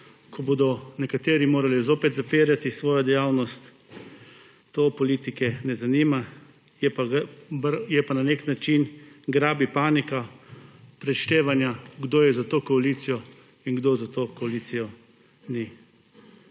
ko bodo nekateri morali zopet zapirati svojo dejavnost, to politike ne zanima, je pa na nek način grabi panika preštevanja, kdo je za to koalicijo in kdo za to koalicijo ni.